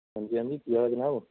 ਹਾਂਜੀ ਹਾਂਜੀ ਕੀ ਹਾਲ ਹੈ ਜਨਾਬ